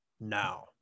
now